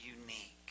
unique